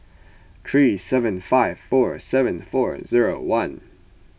three seven five four seven four zero one